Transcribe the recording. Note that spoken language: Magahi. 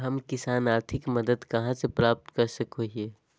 हम किसान आर्थिक मदत कहा से प्राप्त कर सको हियय?